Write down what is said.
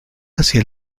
hacia